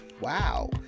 Wow